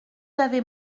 avez